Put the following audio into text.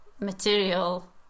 material